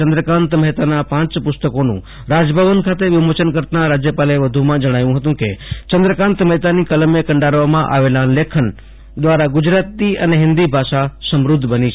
ચંદ્રકાન્ત મહેતાના પાંચ પુસ્તકોનું રાજભવન ખાતે વિમોચન કરતા રાજ્યપાલે વધુમાં જજ્ઞાવ્યું હતું કે ચંદ્રકાન્ત મહેતાની કલમે કંડારવામાં આવેલા લેખન દ્વારા ગુજરાતી અને હિન્દી ભાષા સમૃદ્ધ બની છે